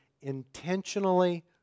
intentionally